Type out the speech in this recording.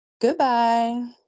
Goodbye